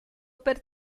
per